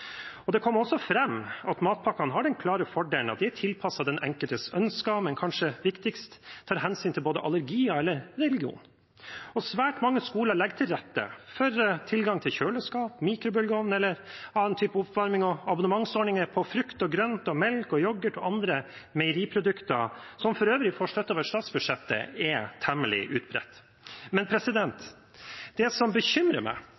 Det kom også fram at matpakkene har den klare fordelen at de er tilpasset den enkeltes ønske, men, kanskje viktigst, at de tar hensyn til både allergier og religion. Svært mange skoler legger til rette for tilgang til kjøleskap, mikrobølgeovn – eller annen type oppvarmingsmulighet – og abonnementsordninger på frukt og grønt, melk og yoghurt og andre meieriprodukter, som man for øvrig får støtte til over statsbudsjettet, og som er temmelig utbredt. Men det som bekymrer meg,